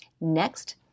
Next